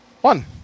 One